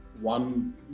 One